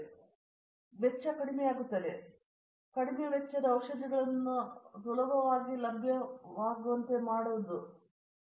ಆದ್ದರಿಂದ ವೆಚ್ಚವು ಕಡಿಮೆಯಾಗುತ್ತದೆ ವೆಚ್ಚ ಮಾತ್ರ ಔಷಧಿಗಳನ್ನು ಸುಲಭವಾಗಿ ಲಭ್ಯವಾಗುವ ಮಾನದಂಡವಲ್ಲ